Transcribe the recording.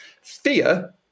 Fear